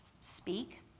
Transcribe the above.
speak